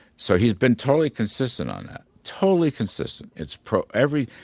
so he's been totally consistent on that, totally consistent. it's every,